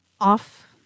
off